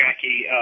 Jackie